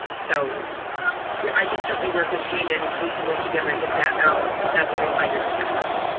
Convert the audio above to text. so i can certainly work with gene and we can work together and get that out as a reminder to faculty.